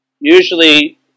Usually